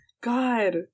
god